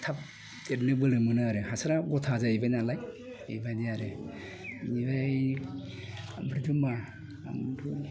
थाब देरनो बोलो मोनो आरो हासारा गथा जाहैबाय नालाय बेनिखायनो आरो इनिखाय ओमफ्रायथ' मा